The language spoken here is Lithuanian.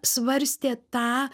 svarstė tą